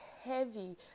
heavy